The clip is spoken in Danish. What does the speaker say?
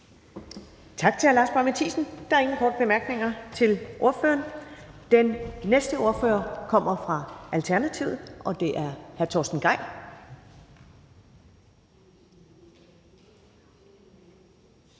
Tak til hr. Lars Boje Mathiesen. Der er ingen korte bemærkninger til ordføreren. Den næste ordfører kommer fra Alternativet, og det er hr. Torsten Gejl.